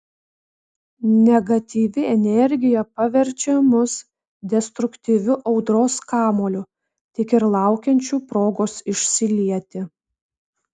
negatyvi energija paverčia mus destruktyviu audros kamuoliu tik ir laukiančiu progos išsilieti